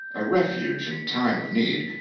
a refuge in time of need,